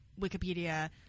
Wikipedia